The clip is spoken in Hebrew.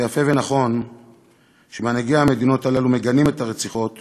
זה יפה ונכון שמנהיגי המדינות הללו מגנים את הרציחות